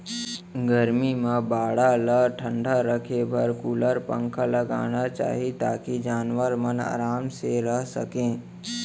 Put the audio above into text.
गरमी म बाड़ा ल ठंडा राखे बर कूलर, पंखा लगाना चाही ताकि जानवर मन आराम से रह सकें